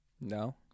No